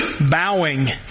bowing